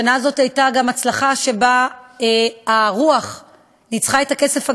השנה הזאת הייתה גם הצלחה שבה הרוח ניצחה את הכסף הגדול.